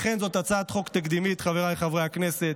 לכן זאת הצעת חוק תקדימית, חבריי חברי הכנסת.